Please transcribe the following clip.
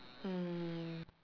mm